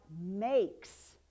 makes